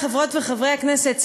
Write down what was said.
חברות וחברי הכנסת,